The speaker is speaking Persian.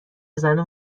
زنو